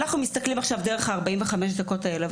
אנחנו מסתכלים עכשיו דרך ה-45 דקות האלה.